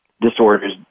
disorders